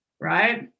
right